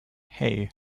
hey